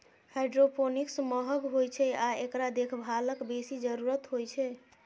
hydroponics महंग होइ छै आ एकरा देखभालक बेसी जरूरत होइ छै